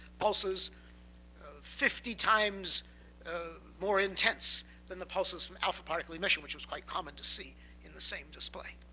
pulses fifty times more intense than the pulses from alpha particle emission, which was quite common to see in the same display.